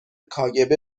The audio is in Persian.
کاگب